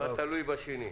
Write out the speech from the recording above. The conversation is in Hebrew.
אחד תלוי בשני.